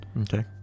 Okay